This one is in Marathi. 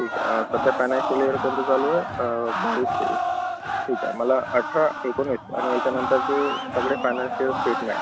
ठीक आहे सध्या फायनान्शियल इअर कोणतं चालू आहे बावीस तेवीस ठीक आहे मला अठरा एकोणीस आणि याच्यानंतरचे सगळे फायनान्शियल स्टेटमेंट